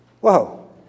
Whoa